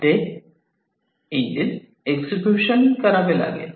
ते engine execution करावे लागेल